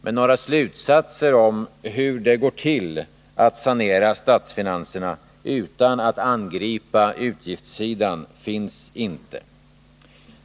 Men några slutsatser beträffande hur det går till utan att angripa utgiftssidan finns inte.